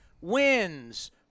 wins